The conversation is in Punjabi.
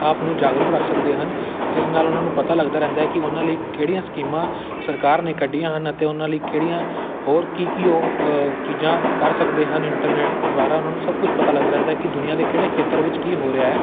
ਆਪ ਨੂੰ ਜਾਗਰੂਕ ਰੱਖ ਸਕਦੇ ਹਨ ਜਿਸ ਨਾਲ ਉਹਨਾਂ ਨੂੰ ਪਤਾ ਲੱਗਦਾ ਰਹਿੰਦਾ ਕਿ ਉਹਨਾਂ ਲਈ ਕਿਹੜੀਆਂ ਸਕੀਮਾਂ ਸਰਕਾਰ ਨੇ ਕੱਢੀਆਂ ਹਨ ਅਤੇ ਉਹਨਾਂ ਲਈ ਕਿਹੜੀਆਂ ਹੋਰ ਕੀ ਕੀ ਉਹ ਚੀਜ਼ਾਂ ਕਰ ਸਕਦੇ ਹਨ ਇੰਟਰਨੈੱਟ ਦੁਆਰਾ ਉਹਨਾਂ ਨੂੰ ਸਭ ਕੁਝ ਪਤਾ ਲੱਗਦਾ ਰਹਿੰਦਾ ਕਿ ਦੁਨੀਆ ਦੇ ਕਿਹੜੇ ਖੇਤਰ ਵਿੱਚ ਕੀ ਹੋ ਰਿਹਾ ਹੈ